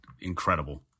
incredible